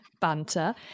Banter